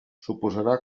suposarà